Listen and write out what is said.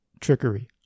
trickery